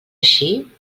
així